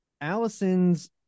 Allison's